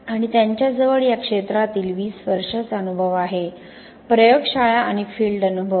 आणि त्याच्याजवळ या क्षेत्रातील 20 वर्षांचा अनुभव आहे प्रयोगशाळा आणि फील्ड अनुभव